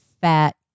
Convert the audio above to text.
fat